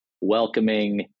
welcoming